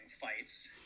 fights